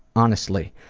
honestly,